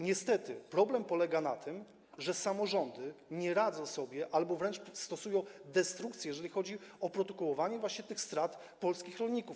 Niestety problem polega na tym, że samorządy nie radzą sobie albo wręcz stosują destrukcję, jeżeli chodzi o protokołowanie właśnie tych strat polskich rolników.